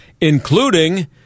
including